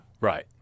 right